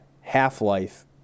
Half-Life